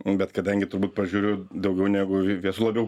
bet kadangi turbūt pažiūriu daugiau negu vis labiau